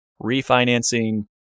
refinancing